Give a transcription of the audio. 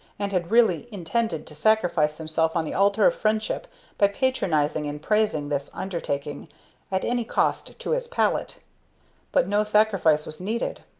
and had really intended to sacrifice himself on the altar of friendship by patronizing and praising this undertaking at any cost to his palate but no sacrifice was needed.